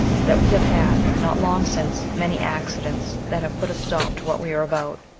that we have had, not long since, many accidents that have put a stop to what we are about,